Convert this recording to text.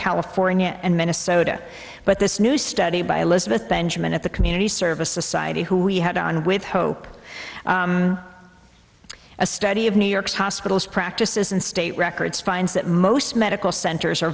california and minnesota but this new study by elizabeth benjamin at the community service society who we had on with hope a study of new york's hospitals practices and state records finds that most medical centers are